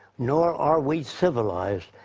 nor are we civilized.